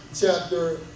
chapter